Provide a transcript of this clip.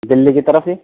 دلّی کی طرف ہی